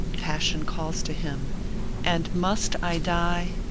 passion calls to him and must i die?